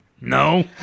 No